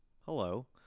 Hello